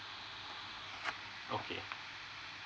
okay